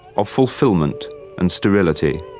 of fulfilment and sterility.